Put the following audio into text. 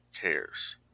cares